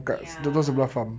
ya